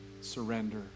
Surrender